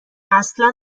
اصلا